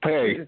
Hey